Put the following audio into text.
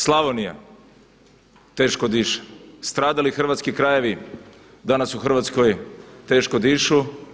Slavonija, teško diše, stradali hrvatski krajevi, danas u Hrvatskoj teško dišu.